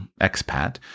expat